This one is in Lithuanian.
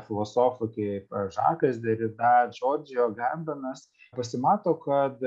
filosofai kaip žakas derida džordžijo gambenas pasimato kad